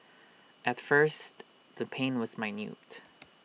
at first the pain was minute